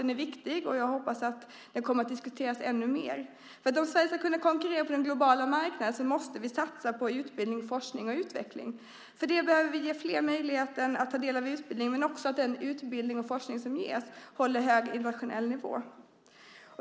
Den är viktig, och jag hoppas att detta kommer att diskuteras ännu mer. Om Sverige ska kunna konkurrera på den globala marknaden måste vi satsa på utbildning, forskning och utveckling. För det behöver vi ger fler möjligheten att ta del av utbildning men det behövs också att den utbildning och forskning som ges håller hög internationell nivå.